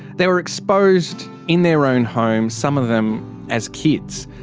they were exposed in their own home, some of them as kids.